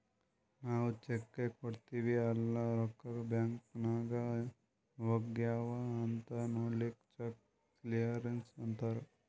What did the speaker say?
ನಾವ್ ಚೆಕ್ ಕೊಡ್ತಿವ್ ಅಲ್ಲಾ ರೊಕ್ಕಾ ಬ್ಯಾಂಕ್ ನಾಗ್ ಹೋಗ್ಯಾವ್ ಅಂತ್ ನೊಡ್ಲಕ್ ಚೆಕ್ ಕ್ಲಿಯರೆನ್ಸ್ ಅಂತ್ತಾರ್